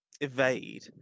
evade